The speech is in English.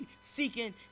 seeking